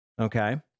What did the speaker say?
Okay